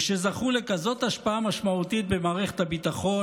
וזכו לכזאת השפעה משמעותית במערכת הביטחון,